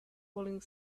falling